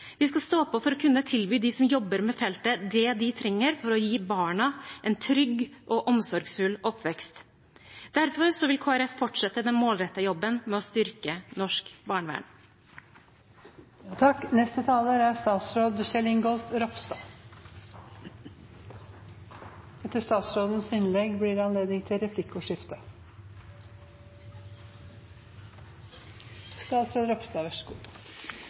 Vi skal stå på for å kunne tilby dem som jobber med feltet, det de trenger for å gi barna en trygg og omsorgsfull oppvekst. Derfor vil Kristelig Folkeparti fortsette den målrettede jobben med å styrke norsk barnevern. De ansatte i barnevernet har en svært viktig og krevende jobb. Barnevernet er